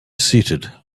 seated